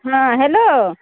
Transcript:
हँ हेलो